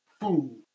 food